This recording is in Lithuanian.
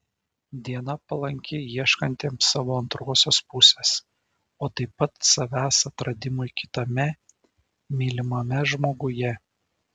diena palanki ieškantiems savo antrosios pusės o taip pat savęs atradimui kitame mylimame žmoguje